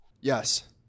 Yes